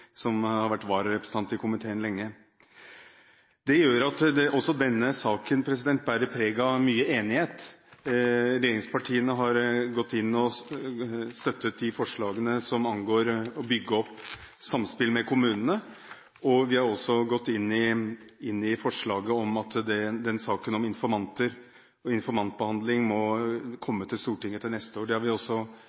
som har vært vararepresentant i komiteen lenge. Det gjør at også denne saken bærer preg av mye enighet. Regjeringspartiene har gått inn og støttet de forslagene som angår det å bygge opp et samspill med kommunene, og vi har gått inn i forslaget når det gjelder informanter, og at det må komme til behandling i Stortinget neste år. Det var vi også